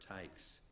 takes